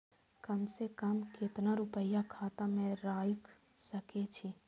कम से कम केतना रूपया खाता में राइख सके छी?